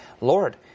Lord